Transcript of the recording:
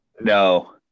No